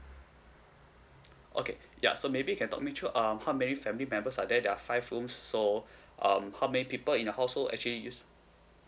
okay ya so maybe you can talk me through um how many family members are there there are five phones so um how many people in your household actually use